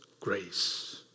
grace